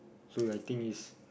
so I think is